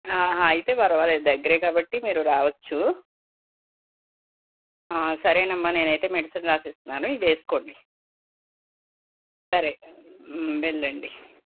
అయితే పర్వాలేదు దగ్గరే కాబట్టి మీరు రావచ్చు ఆ సరేనమ్మా నేనైతే మెడిసన్ రాసిస్తున్నాను ఇవి వేసుకోండి సరే వెళ్ళండి